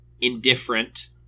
indifferent